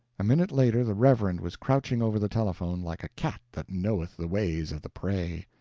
a minute later the reverend was crouching over the telephone like a cat that knoweth the ways of the prey.